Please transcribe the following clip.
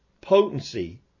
potency